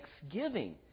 thanksgiving